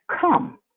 come